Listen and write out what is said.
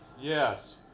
Yes